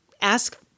ask